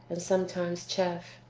and sometimes chaff.